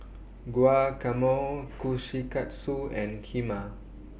Guacamole Kushikatsu and Kheema